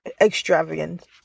extravagant